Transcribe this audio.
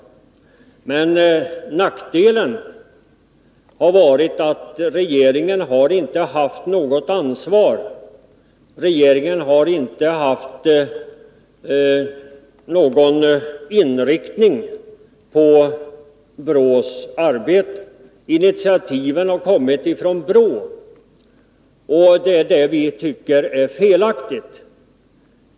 Men nackdelen har varit att regeringen inte haft något ansvar och inte kunnat påverka inriktningen av BRÅ:s arbete. Initiativen har kommit från BRÅ, och det är det vi tycker är felaktigt.